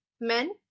men